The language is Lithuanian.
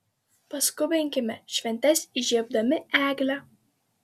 paskubinkime šventes įžiebdami eglę